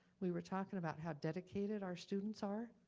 we were talking about how dedicated our students are,